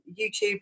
YouTube